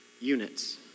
units